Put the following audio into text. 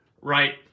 right